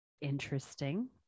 Interesting